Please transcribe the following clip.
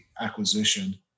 acquisition